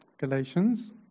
Galatians